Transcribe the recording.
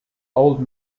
old